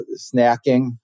snacking